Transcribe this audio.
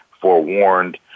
forewarned